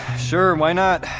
sure, why not?